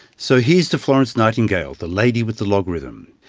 so here's to florence nightingale, the lady with the logarithm.